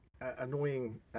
annoying